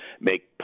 make